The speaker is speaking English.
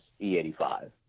E85